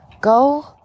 Go